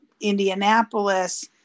Indianapolis